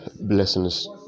blessings